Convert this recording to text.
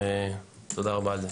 תודה רבה.